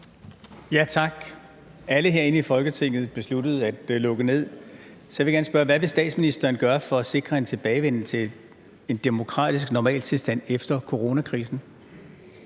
Tak. Alle herinde i Folketinget besluttede at lukke ned, og jeg vil gerne spørge: Hvad vil statsministeren gøre for at sikre en tilbagevending til en demokratisk normaltilstand efter coronakrisen?